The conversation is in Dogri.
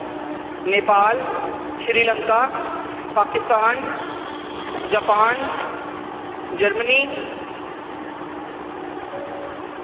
Nepal Sri Lanka Pakistan Japan Germany